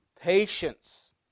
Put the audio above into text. Patience